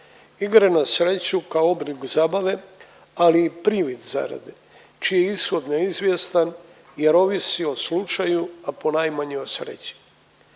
Igre na sreću kao oblik zabave, ali i privid zarade čiji ishod je neizvjestan jer ovisi o slučaju, a ponajmanje o sreći.